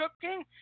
cooking